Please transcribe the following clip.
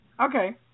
Okay